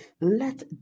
Let